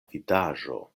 vidaĵo